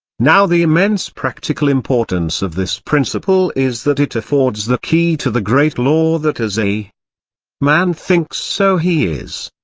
now the immense practical importance of this principle is that it affords the key to the great law that as a man thinks so he is.